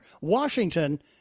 Washington